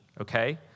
okay